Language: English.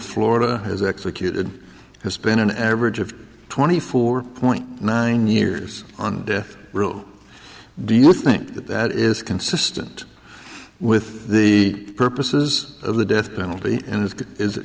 florida has executed has been an average of twenty four point nine years on death row do you think that that is consistent with the purposes of the death penalty and it is